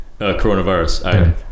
Coronavirus